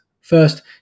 First